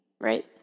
right